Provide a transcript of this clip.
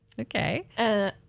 Okay